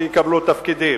שיקבלו תפקידים.